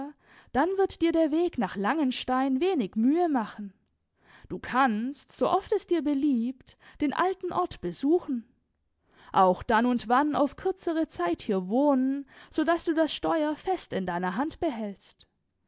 dann wird dir der weg nach langenstein wenig mühe machen du kannst so oft es dir beliebt den alten ort besuchen auch dann und wann auf kürzere zeit hier wohnen so daß du das steuer fest in deiner hand behältst